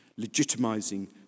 legitimizing